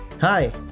Hi